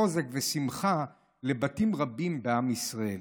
חוזק ושמחה לבתים רבים בעם ישראל.